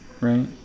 Right